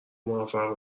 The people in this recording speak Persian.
موفق